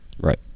Right